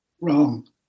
wrong